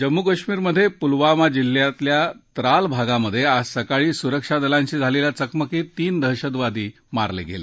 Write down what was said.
जम्मू कश्मीरमधे पुलवामा जिल्ह्याच्या त्राल भागात आज सकाळी सुरक्षा दलांशी झालेल्या चकमकीत तीन दहशतवादी मारले गेले